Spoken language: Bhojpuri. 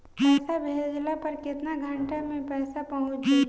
पैसा भेजला पर केतना घंटा मे पैसा चहुंप जाई?